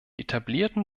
etablierten